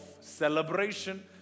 celebration